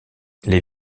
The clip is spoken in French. les